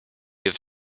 have